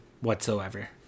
whatsoever